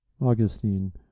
Augustine